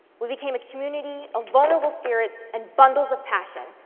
we became a community of vulnerable spirits and bundles of passion.